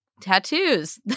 tattoos